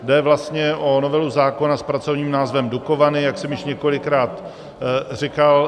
Jde vlastně o novelu zákona s pracovním názvem Dukovany, jak jsem již několikrát říkal.